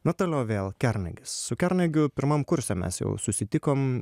na toliau vėl kernagis su kernagiu pirmam kurse mes jau susitikom